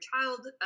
child